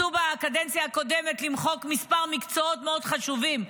בקדנציה הקודמת ניסו למחוק כמה מקצועות מאוד חשובים,